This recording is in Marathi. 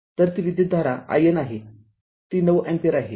तर ती विद्युतधारा IN आहे ती ९ अँपिअर आहे